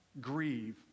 grieve